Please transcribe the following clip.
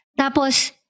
Tapos